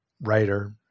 writer